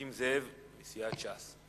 הדובר הבא, חבר הכנסת נסים זאב מסיעת ש"ס,